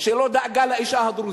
שלא דאגה לאשה הדרוזית,